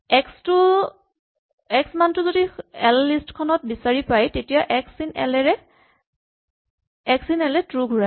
x মান টো যদি এল লিষ্ট খনত বিচাৰি পায় তেতিয়া এক্স ইন এল এ ট্ৰো ঘূৰায়